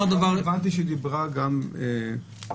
דבר --- הבנתי שדיברה גם --- לא,